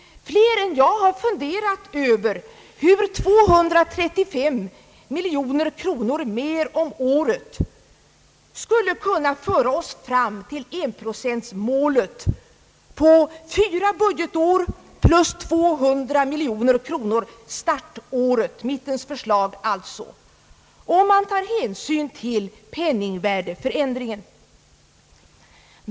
Fler än jag har funderat över hur 235 miljoner kronor mér om året skulle kunna föra oss fram till enprocentmålet på fyra budgetår plus 200 miljoner kronor startåret — mittenpartiernas förslag alltså — om man tar hänsyn till penningvärdeförändringen.